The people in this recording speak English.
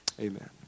Amen